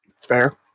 fair